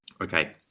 Okay